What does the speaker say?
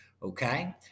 Okay